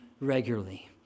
regularly